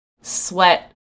sweat